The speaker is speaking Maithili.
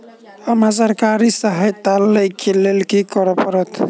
हमरा सरकारी सहायता लई केँ लेल की करऽ पड़त?